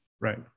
Right